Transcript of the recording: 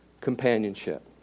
Companionship